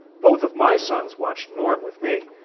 both of my sons watched norm with me,